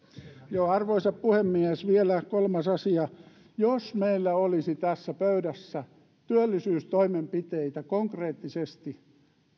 arvoisa puhemies vielä kolmas asia jos meillä olisi tässä pöydässä työllisyystoimenpiteitä konkreettisesti